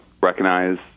recognize